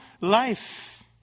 life